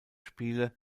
spiele